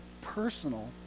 personal